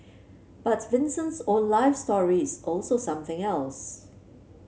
but Vincent's own life story is also something else